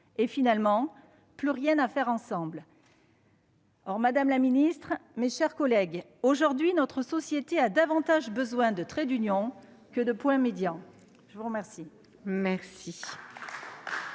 finalement plus rien à faire ensemble. Or, madame la secrétaire d'État, mes chers collègues, aujourd'hui, notre société a davantage besoin de traits d'union que de points médians. La parole est